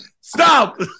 Stop